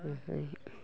ओमफ्राय